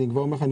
מי בעד?